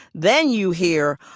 then you hear,